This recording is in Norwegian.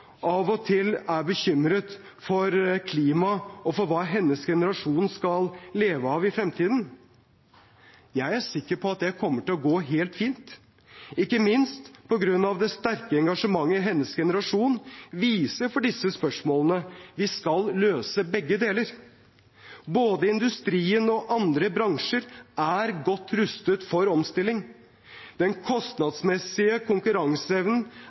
av og til er bekymret, både for klimaet og for hva hennes generasjon skal leve av i fremtiden. Jeg er sikker på at det kommer til å gå helt fint, ikke minst på grunn av det sterke engasjementet hennes generasjon viser for disse spørsmålene. Vi skal løse begge deler. Både industrien og andre bransjer er godt rustet for omstilling. Den kostnadsmessige konkurranseevnen